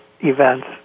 events